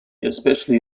especially